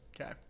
Okay